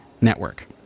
network